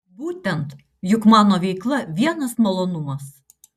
būtent juk mano veikla vienas malonumas